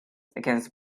against